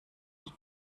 die